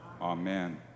Amen